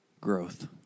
Growth